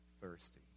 thirsty